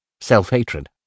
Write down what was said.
Self-hatred